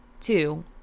two